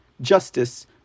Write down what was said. Justice